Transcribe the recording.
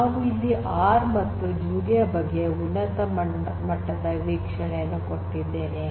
ನಾನು ಇಲ್ಲಿ ಆರ್ ಮತ್ತು ಜೂಲಿಯಾ ಬಗ್ಗೆ ಉನ್ನತ ಮಟ್ಟದ ವೀಕ್ಷಣೆಯನ್ನು ಕೊಟ್ಟಿದ್ದೇನೆ